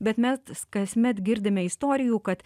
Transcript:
bet mes kasmet girdime istorijų kad